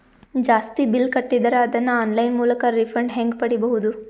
ಜಾಸ್ತಿ ಬಿಲ್ ಕಟ್ಟಿದರ ಅದನ್ನ ಆನ್ಲೈನ್ ಮೂಲಕ ರಿಫಂಡ ಹೆಂಗ್ ಪಡಿಬಹುದು?